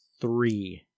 three